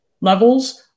levels